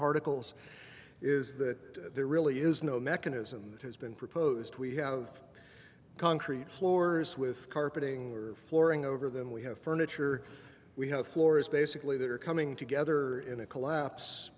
particles is that there really is no mechanism that has been proposed we have concrete floors with carpeting or flooring over them we have furniture we have floors basically that are coming together in a collapse